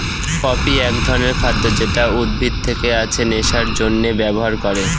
poppy এক ধরনের খাদ্য যেটা উদ্ভিদ থেকে আছে নেশার জন্যে ব্যবহার করে